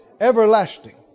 everlasting